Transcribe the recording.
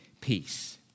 peace